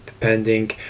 Depending